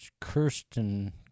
Kirsten